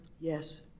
Yes